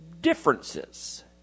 differences